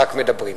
רק מדברים.